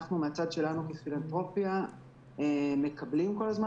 70%. כפילנתרופיה אנחנו מקבלים כל הזמן